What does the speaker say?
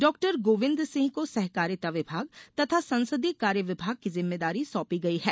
डॉ गोविन्द सिंह को सहकारिता विभाग तथा संसदीय कार्य विभाग की जिम्मेदारी सौंपी गई है